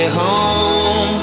home